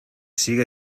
sigue